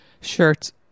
shirts